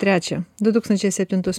trečią du tūkstančiai septintus